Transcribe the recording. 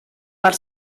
per